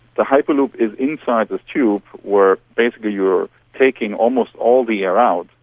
the hyperloop is inside the tube where basically you are taking almost all the air out,